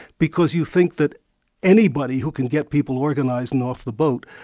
because you think that anybody who can get people organised and off the boat,